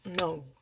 no